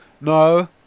No